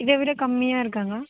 இதை விட கம்மியாக இருக்காங்க